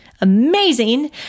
amazing